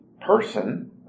person